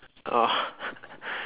oh